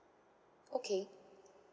okay